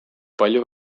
palju